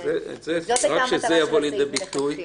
זאת הייתה המטרה של הסעיף מלכתחילה.